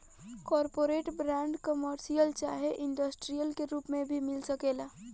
corporate bond, commercial चाहे industrial के रूप में भी मिल सकेला